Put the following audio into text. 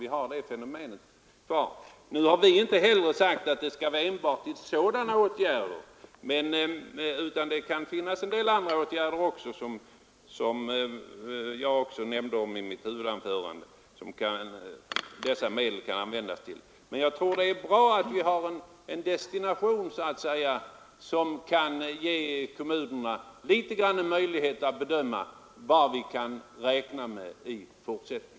Vi har inte heller sagt att medlen skall användas enbart till sådana åtgärder; de kan, som jag nämnde i mitt huvudanförande, användas även för andra åtgärder. Men jag tror att det är bra att vi så att säga anger en destination som kan ge kommunerna möjligheter att bedöma vad de kan räkna med i fortsättningen.